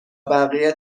بقیه